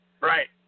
Right